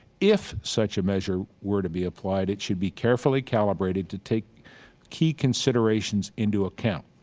if such a measure were to be applied, it should be carefully calibrated to take key considerations into account.